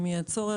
אם יהיה צורך,